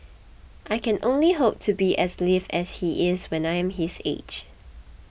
I can only hope to be as lithe as he is when I am his age